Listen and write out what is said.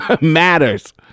Matters